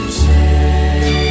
say